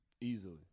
Easily